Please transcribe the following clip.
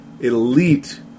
elite